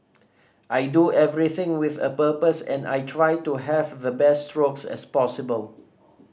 I do everything with a purpose and I try to have the best strokes as possible